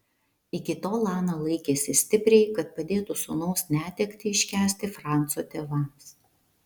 iki tol ana laikėsi stipriai kad padėtų sūnaus netektį iškęsti franco tėvams